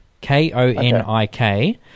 K-O-N-I-K